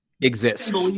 exist